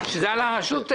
שהיא על השוטף.